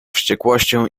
wściekłością